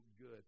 good